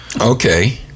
Okay